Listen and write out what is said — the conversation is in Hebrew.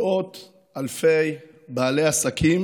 מאות אלפי בעלי עסקים